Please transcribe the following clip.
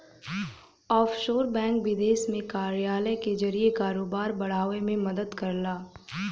offshore bank विदेश में कार्यालय के जरिए कारोबार बढ़ावे में मदद करला